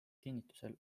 kinnitusel